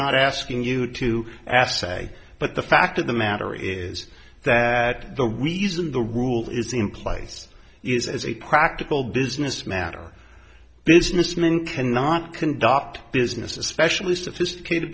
not asking you to assaye but the fact of the matter is that the reason the rule is in place is as a practical business matter businessmen cannot conduct business especially sophisticated